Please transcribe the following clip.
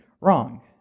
wrong